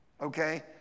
Okay